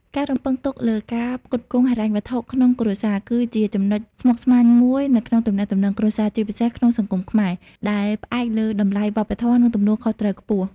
ការរំពឹងទុកលើការផ្គត់ផ្គង់ហិរញ្ញវត្ថុក្នុងគ្រួសារ គឺជាចំណុចស្មុគស្មាញមួយនៅក្នុងទំនាក់ទំនងគ្រួសារ ជាពិសេសក្នុងសង្គមខ្មែរ ដែលផ្អែកលើតម្លៃវប្បធម៌ និងទំនួលខុសត្រូវខ្ពស់។